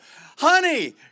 honey